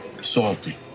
Salty